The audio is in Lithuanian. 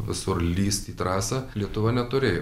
visur lįst į trasą lietuva neturėjo